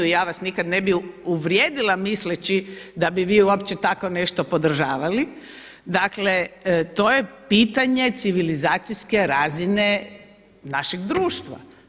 Ja vas nikada ne bi uvrijedila misleći da bi vi uopće tako nešto podržavali, dakle to je pitanje civilizacijske razine našeg društva.